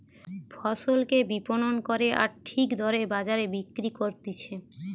ফসলকে বিপণন করে আর ঠিক দরে বাজারে বিক্রি করতিছে